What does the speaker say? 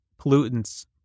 pollutants